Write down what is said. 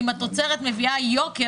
אם התוצרת מביאה יוקר,